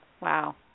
Wow